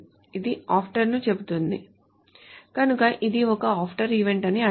ఇది after ను చెబుతుంది కనుక ఇది ఒక after event అని అర్థం